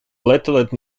platelet